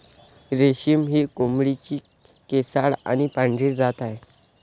रेशमी ही कोंबडीची केसाळ आणि पांढरी जात आहे